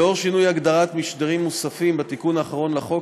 לאור שינוי הגדרת "משדרים מוספים" בתיקון האחרון לחוק,